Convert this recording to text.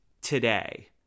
today